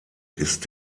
ist